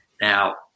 Now